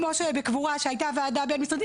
כמו שבקבורה שהייתה ועדה בין משרדית,